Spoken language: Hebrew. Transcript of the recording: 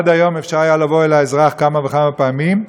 עד היום אפשר היה לבוא אל האזרח כמה וכמה פעמים.